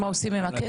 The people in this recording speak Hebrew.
מה עושים עם הכסף?